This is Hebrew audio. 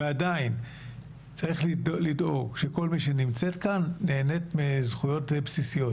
ועדיין צריך לדאוג שכל מי שנמצאת כאן נהנית מזכויות בסיסיות.